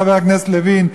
חבר הכנסת לוין,